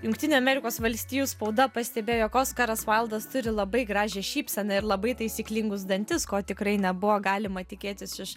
jungtinių amerikos valstijų spauda pastebėjo jog oskaras vaildas turi labai gražią šypseną ir labai taisyklingus dantis ko tikrai nebuvo galima tikėtis iš